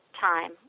time